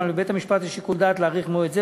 אולם לבית-משפט יש שיקול דעת להאריך מועד זה,